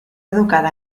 educada